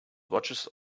watches